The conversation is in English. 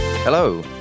Hello